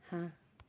ਹਾਂ